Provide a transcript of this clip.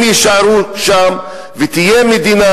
הם יישארו שם ותהיה מדינה,